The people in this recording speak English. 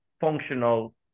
functional